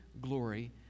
glory